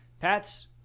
Pat's